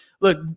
look